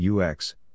UX